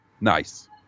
Nice